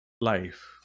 life